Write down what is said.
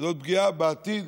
וזו פגיעה בעתיד